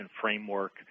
framework